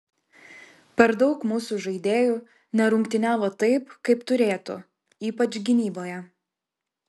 per daug mūsų žaidėjų nerungtyniavo taip kaip turėtų ypač gynyboje